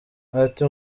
ati